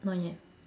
not yet